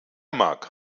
mark